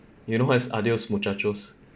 you know what's adios muchachos